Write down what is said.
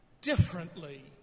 differently